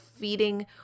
feeding